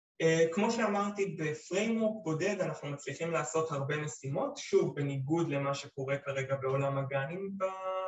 כמו שאמרתי בפריימורק בודד אנחנו מצליחים לעשות הרבה משימות שוב בניגוד למה שקורה כרגע בעולם (?)